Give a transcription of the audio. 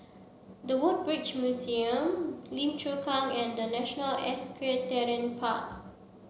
the Woodbridge Museum Lim Chu Kang and The National Equestrian Park